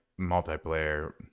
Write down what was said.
multiplayer